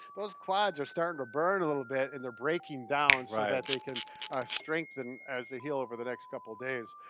those quads are starting to burn a little bit and they're breaking down so that they can strengthen as they heal over the next couple days.